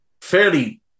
fairly